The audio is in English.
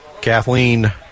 Kathleen